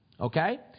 Okay